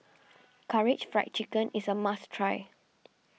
Karaage Fried Chicken is a must try